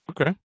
Okay